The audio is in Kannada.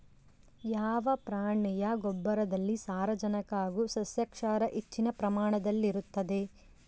ಯಾವ ಪ್ರಾಣಿಯ ಗೊಬ್ಬರದಲ್ಲಿ ಸಾರಜನಕ ಹಾಗೂ ಸಸ್ಯಕ್ಷಾರ ಹೆಚ್ಚಿನ ಪ್ರಮಾಣದಲ್ಲಿರುತ್ತದೆ?